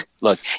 look